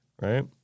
right